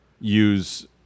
use